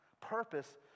Purpose